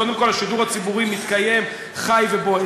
קודם כול, השידור הציבורי מתקיים, חי ובועט.